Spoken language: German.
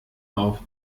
auf